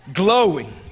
Glowing